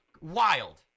wild